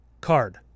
card